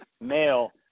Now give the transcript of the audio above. male